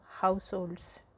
households